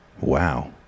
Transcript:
wow